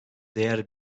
değer